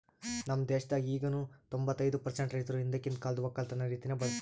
ನಮ್ ದೇಶದಾಗ್ ಈಗನು ತೊಂಬತ್ತೈದು ಪರ್ಸೆಂಟ್ ರೈತುರ್ ಹಿಂದಕಿಂದ್ ಕಾಲ್ದು ಒಕ್ಕಲತನ ರೀತಿನೆ ಬಳ್ಸತಾರ್